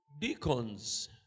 deacons